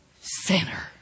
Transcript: sinner